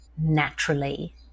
naturally